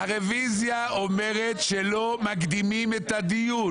הרוויזיה אומרת שלא מקדימים את הדיון.